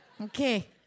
okay